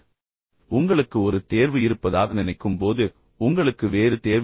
ஆனால் உண்மையில் உங்களுக்கு ஒரு தேர்வு இருப்பதாக நீங்கள் நினைக்கும் போது உங்களுக்கு உண்மையில் வேறு தேர்வில்லை